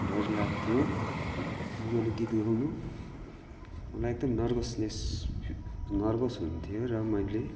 डर लाग्थ्यो राम्ररी गीत गाउनु मलाई एकदम नर्भसनेस नर्भस हुन्थ्यो र मैले